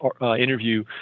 interview